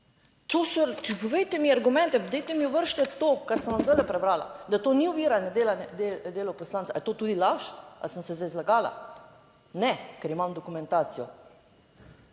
To so, povejte mi argumente, dajte mi, ovrzite to, kar sem vam zdajle prebrala, da to ni oviranje dela poslanca. Ali je to tudi laž, ali sem se zdaj zlagala? Ne, ker imam dokumentacijo.